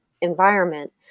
environment